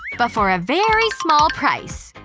but for a very small price.